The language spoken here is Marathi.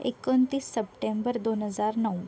एकोणतीस सप्टेंबर दोन हजार नऊ